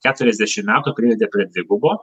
keturiasdešimt metų privedė prie trigubo